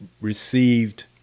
received